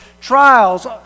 trials